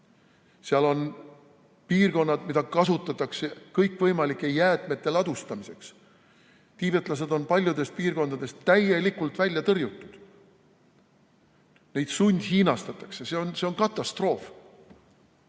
Seal on piirkonnad, mida kasutatakse kõikvõimalike jäätmete ladustamiseks. Tiibetlased on paljudest piirkondadest täielikult välja tõrjutud. Neid sundhiinastatakse, see on katastroof.